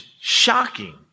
shocking